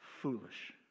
foolish